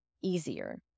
easier